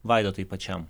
vaidotai pačiam